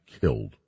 killed